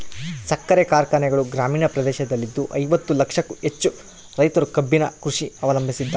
ಸಕ್ಕರೆ ಕಾರ್ಖಾನೆಗಳು ಗ್ರಾಮೀಣ ಪ್ರದೇಶದಲ್ಲಿದ್ದು ಐವತ್ತು ಲಕ್ಷಕ್ಕೂ ಹೆಚ್ಚು ರೈತರು ಕಬ್ಬಿನ ಕೃಷಿ ಅವಲಂಬಿಸಿದ್ದಾರೆ